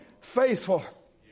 faithful